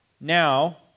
Now